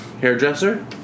Hairdresser